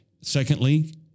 Secondly